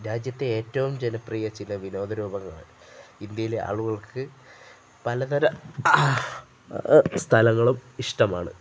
രാജ്യത്തെ ഏറ്റവും ജനപ്രിയ ചില വിനോദ രൂപങ്ങളാണ് ഇന്ത്യയിലെ ആളുകൾക്ക് പലതര സ്ഥലങ്ങളും ഇഷ്ടമാണ്